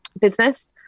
business